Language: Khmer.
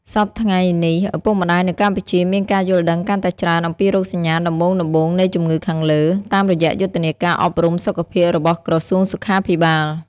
សព្វថ្ងៃនេះ ឪពុកម្ដាយនៅកម្ពុជាមានការយល់ដឹងកាន់តែច្រើនអំពីរោគសញ្ញាដំបូងៗនៃជម្ងឹខាងលើ តាមរយៈយុទ្ធនាការអប់រំសុខភាពរបស់ក្រសួងសុខាភិបាល។